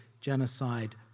genocide